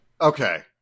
Okay